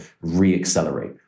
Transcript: re-accelerate